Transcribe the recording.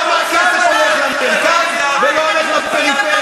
והם ייתנו הסבר למה הכסף הולך למרכז ולא הולך לפריפריה,